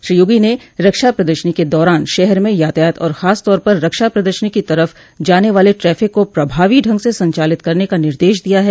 श्री योगी ने रक्षा प्रदर्शनी के दौरान शहर में यातायात और खासतौर पर रक्षा प्रदर्शनी की तरफ जाने वाले ट्रैफिक को प्रभावी ढंग से संचालित करने का निर्देश दिया है